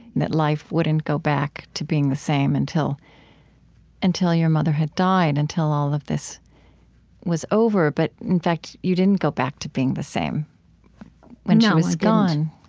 that life wouldn't go back to being the same until until your mother had died, until all of this was over. but in fact, you didn't go back to being the same when she was gone